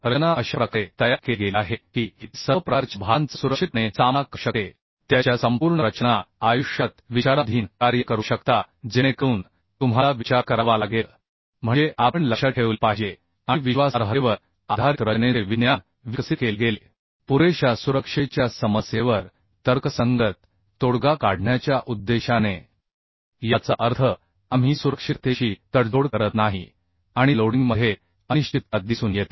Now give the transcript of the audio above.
रचना अशा प्रकारे तयार केली गेली आहे की ती सर्व प्रकारच्या भारांचा सुरक्षितपणे सामना करू शकते त्याच्या संपूर्ण रचना आयुष्यात विचाराधीन कार्य करू शकता जेणेकरून तुम्हाला विचार करावा लागेल म्हणजे आपण लक्षात ठेवले पाहिजे आणि विश्वासार्हतेवर आधारित रचनेचे विज्ञान विकसित केले गेले पुरेशा सुरक्षेच्या समस्येवर तर्कसंगत तोडगा काढण्याच्या उद्देशाने याचा अर्थ आम्ही सुरक्षिततेशी तडजोड करत नाही आणि लोडिंगमध्ये अनिश्चितता दिसून येते